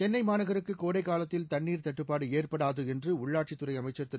சென்னை மாநகருக்கு கோடைக்காலத்தில் தண்ணீர் தட்டுப்பாடு ஏற்படாது என்று உள்ளாட்சித்துறை அமைச்சர் திரு